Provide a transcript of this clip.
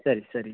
ಸರಿ ಸರಿ